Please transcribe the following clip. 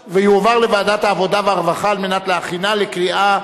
מוקדם בוועדת העבודה, הרווחה והבריאות נתקבלה.